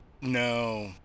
No